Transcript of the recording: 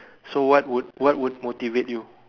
so what would what would motivate you